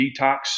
detox